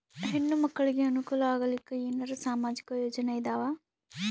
ಹೆಣ್ಣು ಮಕ್ಕಳಿಗೆ ಅನುಕೂಲ ಆಗಲಿಕ್ಕ ಏನರ ಸಾಮಾಜಿಕ ಯೋಜನೆ ಇದಾವ?